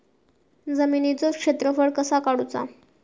जमिनीचो क्षेत्रफळ कसा काढुचा?